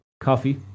Coffee